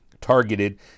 targeted